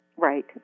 Right